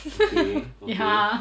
okay okay